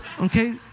Okay